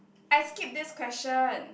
I skipped this question